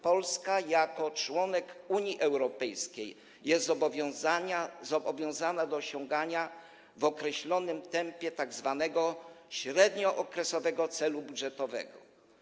Polska jako członek Unii Europejskiej jest zobowiązana do osiągania w określonym tempie tzw. średniookresowego celu budżetowego.